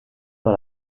dans